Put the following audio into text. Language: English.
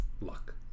luck